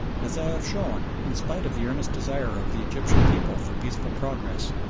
as i have shown, in spite of the earnest desire of the egyptian people for peaceful progress,